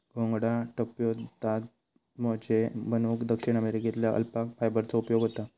घोंगडा, टोप्यो, हातमोजे बनवूक दक्षिण अमेरिकेतल्या अल्पाका फायबरचो उपयोग होता